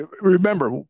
Remember